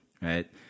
right